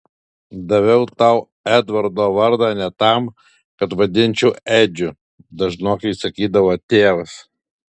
daviau tau edvardo vardą ne tam kad vadinčiau edžiu dažnokai sakydavo tėvas